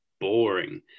boring